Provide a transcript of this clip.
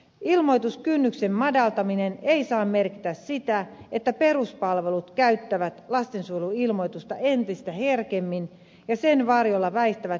ilmoituskynnyksen madaltaminen ei saa merkitä sitä että peruspalvelut käyttävät lastensuojeluilmoitusta entistä herkemmin ja sen varjolla väistävät velvollisuutensa tukeen